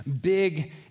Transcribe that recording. big